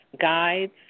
guides